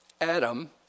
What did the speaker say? Adam